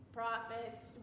prophets